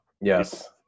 Yes